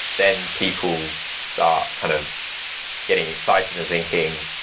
then people start kind of getting excited and thinking